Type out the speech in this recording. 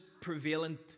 prevalent